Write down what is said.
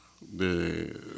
De